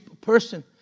person